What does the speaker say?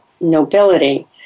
nobility